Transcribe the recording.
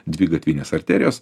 dvi gatvinės arterijos